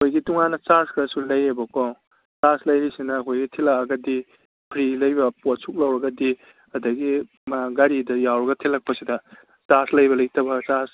ꯑꯩꯈꯣꯏꯒꯤ ꯇꯣꯉꯥꯟꯅ ꯆꯥꯔꯖꯀꯥꯁꯨ ꯂꯩꯌꯦꯕꯀꯣ ꯆꯥꯔꯖ ꯂꯩꯔꯤꯁꯤꯅ ꯑꯩꯈꯣꯏꯒꯤ ꯊꯤꯜꯂꯛꯑꯒꯗꯤ ꯐ꯭ꯔꯤ ꯂꯩꯕ ꯄꯣꯠ ꯁꯨꯛ ꯂꯧꯔꯒꯗꯤ ꯑꯗꯒꯤ ꯒꯥꯔꯤꯗꯨ ꯌꯥꯎꯔꯒ ꯊꯤꯜꯂꯛꯄꯁꯤꯗ ꯆꯥꯔꯖ ꯂꯩꯕ ꯂꯩꯇꯕ ꯆꯥꯔꯖ